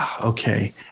Okay